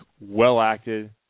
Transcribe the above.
well-acted